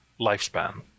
lifespan